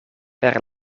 per